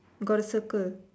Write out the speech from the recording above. got circle